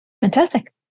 Fantastic